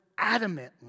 adamantly